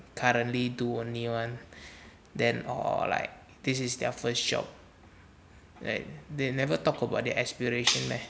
currently do only one then or like this is their first shop like they never talk about their aspiration meh